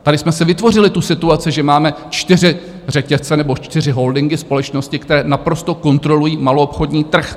Tady jsme si vytvořili situaci, že máme čtyři řetězce nebo čtyři holdingy, společnosti, které naprosto kontrolují maloobchodní trh.